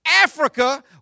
Africa